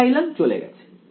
ε চলে গেছে